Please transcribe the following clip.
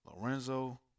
Lorenzo